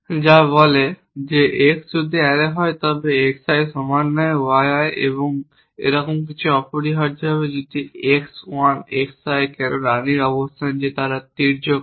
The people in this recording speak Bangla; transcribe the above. যা বলে যে x যদি অ্যারে হয় তবে xi সমান নয় y i বা এরকম কিছু অপরিহার্যভাবে যদি x 1 xi কেন রানীর অবস্থান যে তারা তির্যক নয়